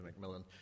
McMillan